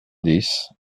dix